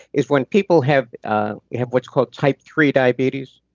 is when people have ah have what's called type three diabetes,